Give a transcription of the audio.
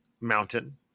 mountain